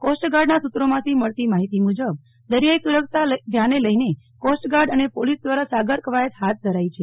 કોસ્ટગાર્ડના સુત્રોમાંથી મળતી માહિતી મુજબ દરિયાઈ સુરક્ષા ધ્યાને લઈને કોસ્ટગાર્ડ અને પોલીસ દ્વારા સાગર કવાયત હાથ ધરાઈ છે